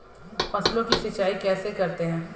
फसलों की सिंचाई कैसे करते हैं?